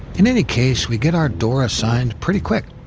in any case, we get our door assigned pretty quick,